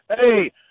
Hey